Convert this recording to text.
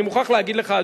אני מוכרח להגיד לך,